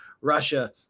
Russia